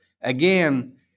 again